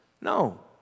No